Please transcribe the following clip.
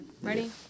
Ready